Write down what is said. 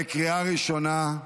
בקריאה ראשונה.